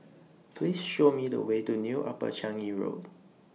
Please Show Me The Way to New Upper Changi Road